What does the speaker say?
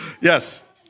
Yes